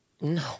No